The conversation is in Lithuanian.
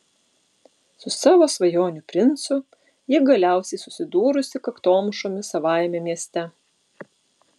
su savo svajonių princu ji galiausiai susidūrusi kaktomušomis savajame mieste